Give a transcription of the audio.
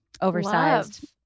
oversized